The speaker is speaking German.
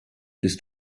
bist